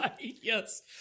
yes